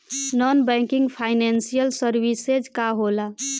Non banking financial services का होला?